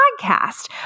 podcast